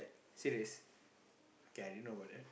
serious okay I didn't know about that